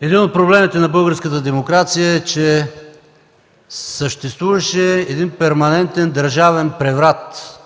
един от проблемите на българската демокрация е, че съществуваше перманентен държавен преврат,